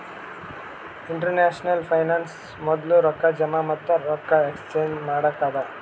international finance ಮೊದ್ಲು ರೊಕ್ಕಾ ಜಮಾ ಮತ್ತ ರೊಕ್ಕಾ ಎಕ್ಸ್ಚೇಂಜ್ ಮಾಡಕ್ಕ ಅದಾ